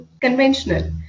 conventional